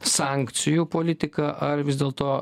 sankcijų politika ar vis dėlto